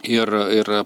ir ir